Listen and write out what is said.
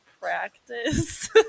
practice